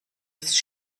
ist